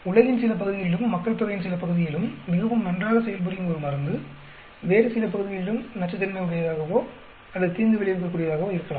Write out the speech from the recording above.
உலகின் சில பகுதிகளிலும் மக்கள்தொகையின் சில பகுதியிலும் மிகவும் நன்றாக செயல்புரியும் ஒரு மருந்து வேறு சில பகுதிகளில் நச்சுத்தன்மையுடையதாகவோ அல்லது தீங்கு விளைவிக்கக்கூடியதாகவோ இருக்கலாம்